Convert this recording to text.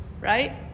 right